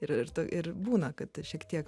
ir ir ir būna kad ir šiek tiek